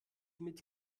mit